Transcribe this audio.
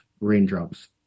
raindrops